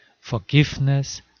Forgiveness